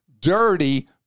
dirty